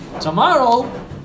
Tomorrow